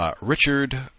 Richard